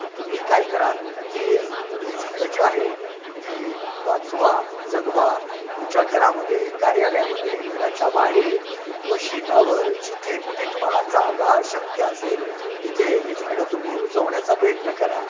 की तुम्ही काय करा की ही झाडं जी आहे ती वाचवा जगवा तुमच्या घरामध्ये कार्यालयामध्ये घराच्या बाहेर किंवा शेतावर जिथे कुठे तुम्हाला जागा शक्य असेल तिथे ही झाडं तुम्ही रुजवण्याचा प्रयत्न करा